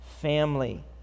family